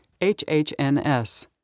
HHNS